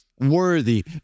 worthy